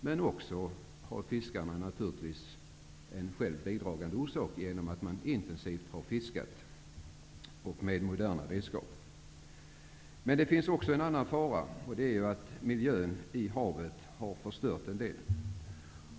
Men också fiskarna själva har naturligtvis varit en bidragande orsak genom att man har fiskat intensivt och använt moderna redskap. Det finns också en annan fara, nämligen miljön i havet. Den har förstört en del.